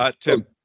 Tim